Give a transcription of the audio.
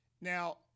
Now